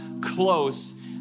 close